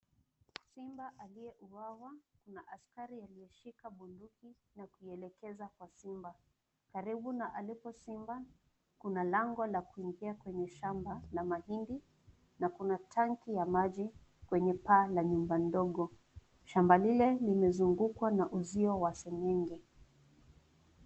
Simba aliyeuawa na askari aliyeshika bunduki nakuielekeza kwa simba. Karibu na alipo simba, kuna lango la kuingia kwenye shamba la mahindi na kuna tanki ya maji kwenye paa la nyumba ndogo. Shamba lile limezungukwa na uzio wa seng'enge.